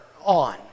on